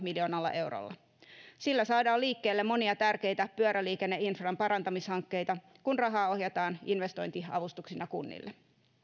miljoonalla eurolla sillä saadaan liikkeelle monia tärkeitä pyöräliikenneinfran parantamishankkeita kun rahaa ohjataan investointiavustuksina kunnille